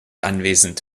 anwesend